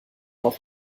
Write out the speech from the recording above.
auch